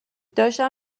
داشتم